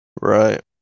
Right